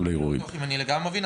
אני לא בטוח אם אני לגמרי מבין.